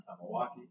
Milwaukee